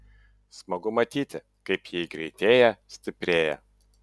smagu matyti kaip jei greitėja stiprėja